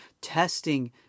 Testing